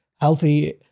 healthy